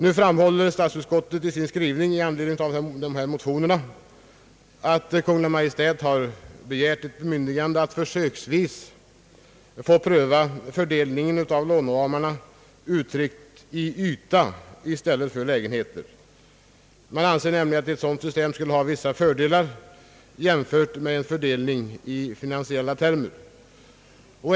Statsutskottet framhåller i sin skrivning med anledning av motionerna att Kungl. Maj:t har begärt ett bemyndigande att försöksvis få pröva fördelningen av låneramarna efter lägenhetsyta i stället för efter antal lägenheter. Man anser nämligen att ett sådant system skulle ha vissa fördelar jämfört med en fördelning enligt finansiella termer.